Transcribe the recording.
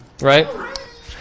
right